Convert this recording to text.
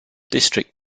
district